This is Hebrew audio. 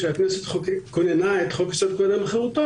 כשהכנסת חוקקה את חוק-יסוד: כבוד האדם וחירותו,